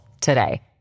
today